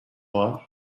var